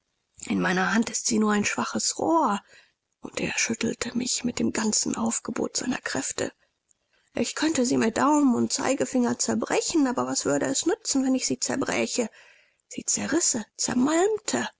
in meiner hand ist sie nur ein schwaches rohr und er schüttelte mich mit dem ganzen aufgebot seiner kräfte ich könnte sie mit daumen und zeigefinger zerbrechen aber was würde es nützen wenn ich sie zerbräche sie zerrisse zermalmte